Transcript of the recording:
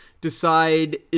decide